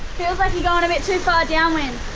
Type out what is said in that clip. feels like you're going a bit too far downwind.